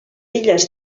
illes